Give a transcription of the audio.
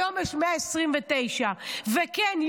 היום יש 129. וכן,